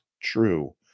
true